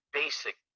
basic